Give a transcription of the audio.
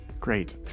Great